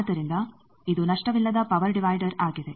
ಆದ್ದರಿಂದ ಇದು ನಷ್ಟವಿಲ್ಲದ ಪವರ್ ಡಿವೈಡರ್ ಆಗಿದೆ